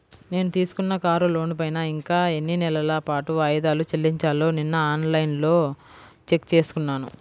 నేను తీసుకున్న కారు లోనుపైన ఇంకా ఎన్ని నెలల పాటు వాయిదాలు చెల్లించాలో నిన్నఆన్ లైన్లో చెక్ చేసుకున్నాను